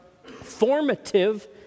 formative